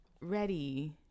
ready